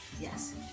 Yes